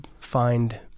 find